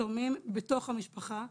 לתורמים בתוך המשפחה.